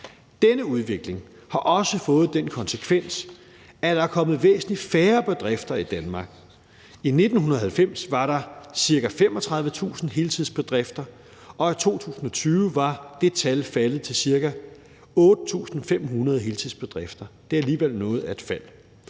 Denne udvikling har også fået den konsekvens, at der er kommet væsentlig færre bedrifter i Danmark. I 1990 var der ca. 35.000 heltidsbedrifter, og i 2020 var det tal faldet til ca. 8.500 heltidsbedrifter. Det er alligevel noget af et fald.